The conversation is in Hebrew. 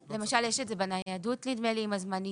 למשל יש את זה בניידות, נדמה לי, עם הזמניות.